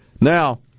Now